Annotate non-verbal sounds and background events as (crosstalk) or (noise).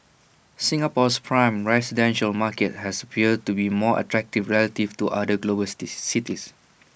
Singapore's prime residential market has appeared to be more attractive relative to other global (unintelligible) cities